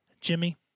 Jimmy